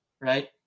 right